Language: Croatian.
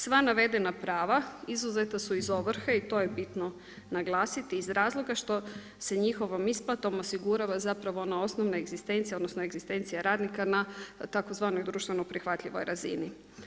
Sva navedena prava izuzeta su iz ovrhe i to je bitno naglasiti iz razloga što se njihovom isplatom osigurava zapravo ona osnovna egzistencija, odnosno egzistencija radnika na tzv. društveno prihvatljivoj razini.